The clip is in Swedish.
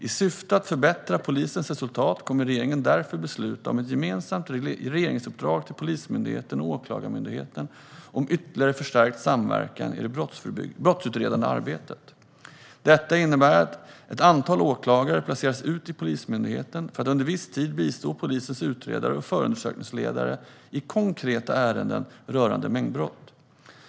I syfte att förbättra polisens resultat kommer regeringen därför att besluta om ett gemensamt regeringsuppdrag till Polismyndigheten och Åklagarmyndigheten om ytterligare förstärkt samverkan i det brottsutredande arbetet. Detta innebär att ett antal åklagare placeras ut i Polismyndigheten för att under viss tid bistå polisens utredare och förundersökningsledare i konkreta ärenden rörande mängdbrott.